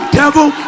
devil